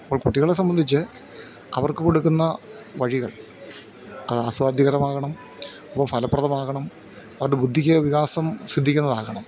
അപ്പോൾ കുട്ടികളെ സംബന്ധിച്ച് അവർക്ക് കൊടുക്കുന്ന വഴികൾ അത് ആസ്വാദ്യകരമാകണം അപ്പം ഫലപ്രദമാകണം അവരുടെ ബുദ്ധിക്ക് വികാസം സിദ്ധിക്കുന്നതാകണം